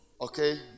okay